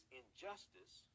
injustice